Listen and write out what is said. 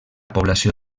població